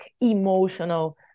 emotional